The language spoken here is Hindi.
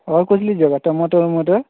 और कुछ लीजिएगा टमाटर वमाटर